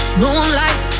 moonlight